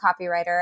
copywriter